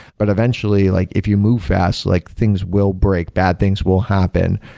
but eventually like if you move fast, like things will break, bad things will happen.